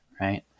right